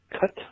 cut